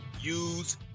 use